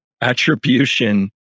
attribution